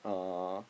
!aww!